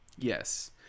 Yes